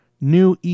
new